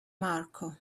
marco